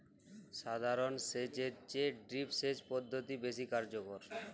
সাধারণ সেচ এর চেয়ে ড্রিপ সেচ পদ্ধতি বেশি কার্যকর